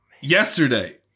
yesterday